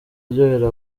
aryohera